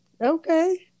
Okay